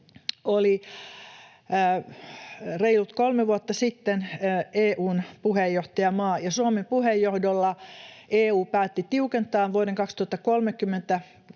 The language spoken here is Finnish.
oli reilut kolme vuotta sitten EU:n puheenjohtajamaa, ja Suomen puheenjohdolla EU päätti tiukentaa vuoden 2030